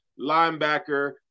linebacker